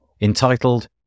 entitled